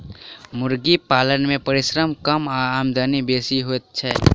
मुर्गी पालन मे परिश्रम कम आ आमदनी बेसी होइत छै